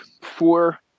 four